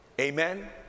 Amen